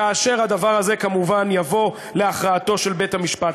כאשר הדבר הזה כמובן יבוא להכרעתו של בית-המשפט.